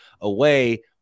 away